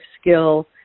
skill